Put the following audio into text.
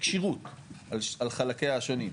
כשירות על חלקיה השונים.